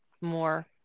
more